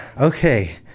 okay